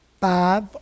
five